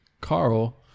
carl